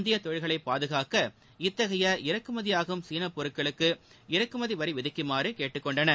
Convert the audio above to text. இந்தியத் தொழில்களை பாதுகாக்க இத்தகை இறக்குமதியாகும் சீனப் பொருட்களுக்கு இறக்குமதிவரி விதிக்குமாறு கேட்டுக் கொண்டன